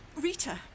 Rita